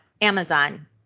Amazon